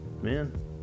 man